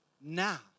now